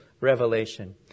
Revelation